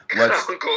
Uncle